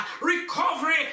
Recovery